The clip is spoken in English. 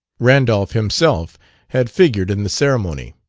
randolph himself had figured in the ceremony.